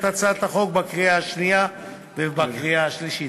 הצעת החוק בקריאה השנייה ובקריאה השלישית.